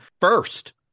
first